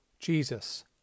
Jesus